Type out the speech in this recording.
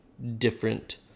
different